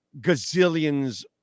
gazillions